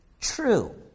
true